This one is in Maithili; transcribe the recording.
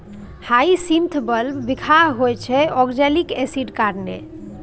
हाइसिंथ बल्ब बिखाह होइ छै आक्जेलिक एसिडक कारणेँ